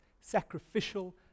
sacrificial